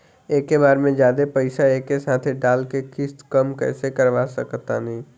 एके बार मे जादे पईसा एके साथे डाल के किश्त कम कैसे करवा सकत बानी?